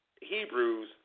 Hebrews